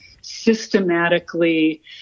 systematically